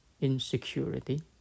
Insecurity